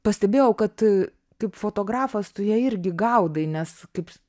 pastebėjau kad kaip fotografas tu ją irgi gaudai nes kaip